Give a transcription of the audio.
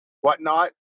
whatnot